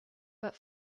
but